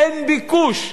אין ביקוש,